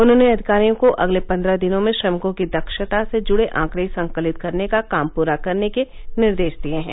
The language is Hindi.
उन्होंने अधिकारियों को अगले पद्रह दिनों में श्रमिकों की दक्षता से जुडे आंकडे संकलित करने का काम पुरा करने के निर्देश दिए हैं